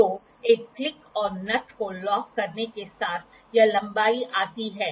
तो आप conical workpiece को मापने की कोशिश कर सकते हैं जो केंद्रों के बीच होता है